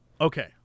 Okay